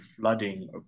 flooding